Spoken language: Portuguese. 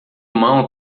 mão